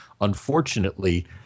Unfortunately